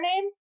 name